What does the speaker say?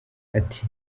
ati